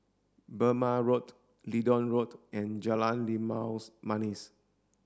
Burmah Road Leedon Road and Jalan Limau Manis